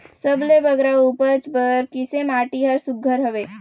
सबले बगरा उपज बर किसे माटी हर सुघ्घर हवे?